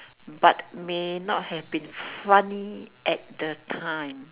but may not have been funny at the time